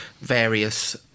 various